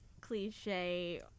cliche